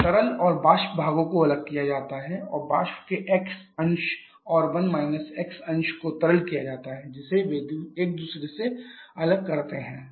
यहाँ तरल और वाष्प भागों को अलग किया जाता है और वाष्प के x अंश और अंश को तरल किया जाता है जिसे वे एक दूसरे से अलग करते हैं